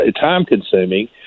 time-consuming